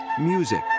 music